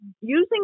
using